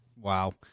Wow